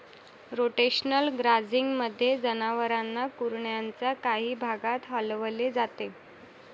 rotational ग्राझिंगमध्ये, जनावरांना कुरणाच्या काही भागात हलवले जाते